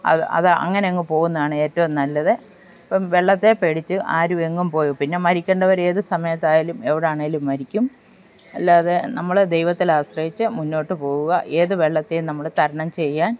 അത് അത് അങ്ങനെ അങ്ങു പോകുന്നത് ആണ് ഏറ്റവും നല്ലത് ഇപ്പോൾ വെള്ളത്തെ പേടിച്ച് ആരും എങ്ങും പോയി പിന്നെ മരിക്കേണ്ടവർ ഏതു സമയത്തായാലും എവിടെയാണെങ്കിലും മരിക്കും എല്ലാതെ നമ്മൾ ദൈവത്തിൽ ആശ്രയിച്ചു മുന്നോട്ടു പോകുക ഏതു വെള്ളത്തെയും നമ്മൾ തരണം ചെയ്യാൻ